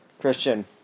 christian